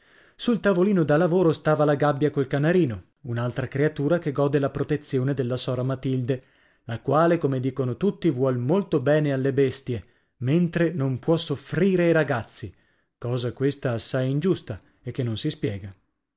sul tavolino da lavoro stava la gabbia col canarino un'altra creatura che gode la protezione della sora matilde la quale come dicono tutti vuol molto bene alle bestie mentre non può soffrire i ragazzi cosa questa assai ingiusta e che non si spiega